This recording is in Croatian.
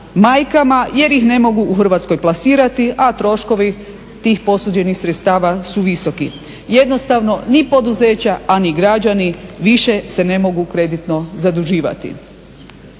majkama jer ih ne mogu u Hrvatskoj plasirati, a troškovi tih posuđenih sredstava su visoki. Jednostavno ni poduzeća, a ni građani više se ne mogu kreditno zaduživati.